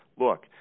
Look